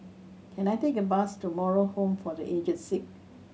can I take a bus to Moral Home for The Aged Sick